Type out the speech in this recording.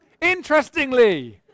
Interestingly